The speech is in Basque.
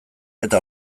eta